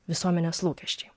visuomenės lūkesčiai